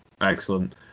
Excellent